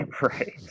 Right